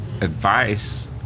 advice